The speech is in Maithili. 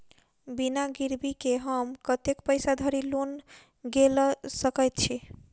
बिना गिरबी केँ हम कतेक पैसा धरि लोन गेल सकैत छी?